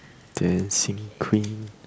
dancing queen